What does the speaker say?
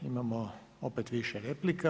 Imamo opet više replika.